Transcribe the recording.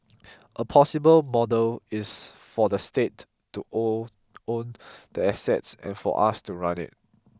a possible model is for the state to own own the assets and for us to run it